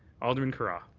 alderman carra.